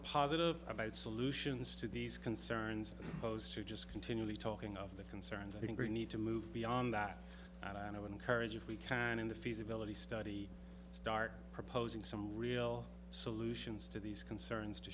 positive about solutions to these concerns as opposed to just continually talking of the concerns i think we need to move beyond that and i would encourage if we can in the feasibility study start proposing some real solutions to these concerns to